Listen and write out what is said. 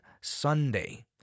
Sunday